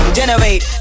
generate